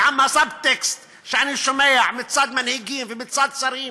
ועם הסב-טקסט שאני שומע מצד מנהיגים ומצד שרים,